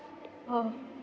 oh